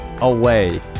away